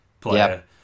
player